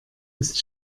ist